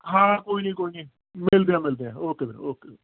ਹਾਂ ਕੋਈ ਨਹੀਂ ਕੋਈ ਨਹੀਂ ਮਿਲਦੇ ਹਾਂ ਮਿਲਦੇ ਹਾਂ ਓਕੇ ਵੀਰ ਓਕੇ